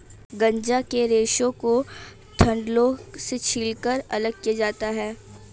गांजा के रेशे को डंठलों से छीलकर अलग किया जाता है